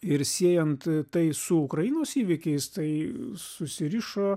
ir siejant tai su ukrainos įvykiais tai susirišo